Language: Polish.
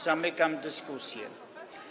Zamykam dyskusję.